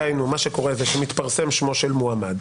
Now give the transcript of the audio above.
דהיינו, מה שקורה זה שמתפרסם שמו של מועמד,